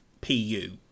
pu